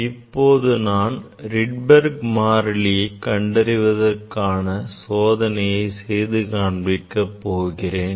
இப்போது நான் Rydberg மாறிலியை கண்டறிவதற்கான சோதனை செய்து காண்பிக்க போகிறேன்